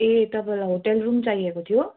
ए तपैलाई hotel room चाहिएको थियो